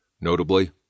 notably